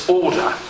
order